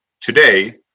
today